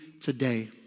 today